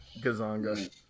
Gazanga